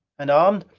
and armed?